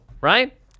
right